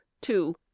two